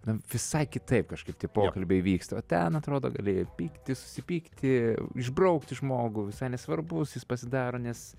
na visai kitaip kažkaip tie pokalbiai vyksta o ten atrodo gali pykti susipykti išbraukti žmogų visai nesvarbus jis pasidaro nes